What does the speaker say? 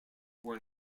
were